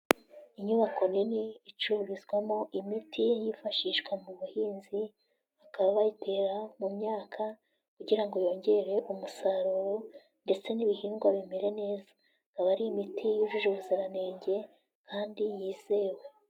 Inyubako nini icururizwamo imiti yifashishwa mu buhinzi bakaba bayitera mu myaka kugira yongere umusaruro ndetse n'ibihingwa bimere neza ikababa ari imiti yujuje ubuziranenge kandi yizewe.